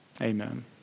Amen